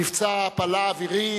מבצע העפלה אווירי,